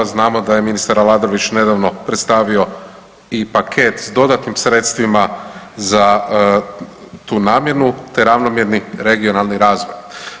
Znamo da je ministar Aladrović nedavno predstavio i paket sa dodatnim sredstvima za tu namjenu, te ravnomjerni regionalni razvoj.